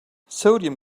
sodium